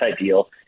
ideal